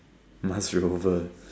munch rover